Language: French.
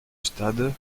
stade